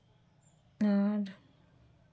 ᱟᱨ